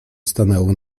stanęło